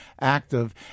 active